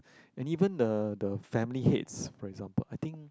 and even the the family heads for example I think